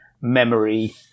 memory